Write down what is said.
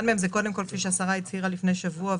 מקצוע בתחום התשתיות והתחבורה הציבורית במשרד,